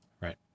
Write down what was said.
Right